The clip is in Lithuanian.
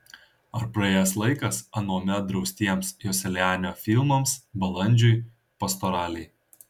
ar praėjęs laikas anuomet draustiems joselianio filmams balandžiui pastoralei